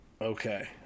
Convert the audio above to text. Okay